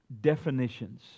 definitions